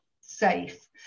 safe